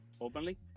openly